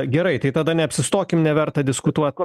gerai tai tada neapsistokim neverta diskutuot